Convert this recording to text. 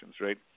right